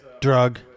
drug